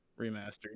remastered